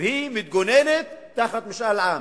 והיא מתגוננת תחת משאל עם,